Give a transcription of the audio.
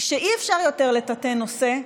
כך שאי-אפשר יותר לטאטא נושא,